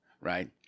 right